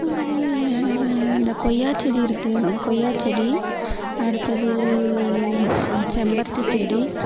வேறு இந்த கொய்யா செடி இருக்குது இந்த கொய்யா செடி அடுத்தது செம்பருத்திச் செடி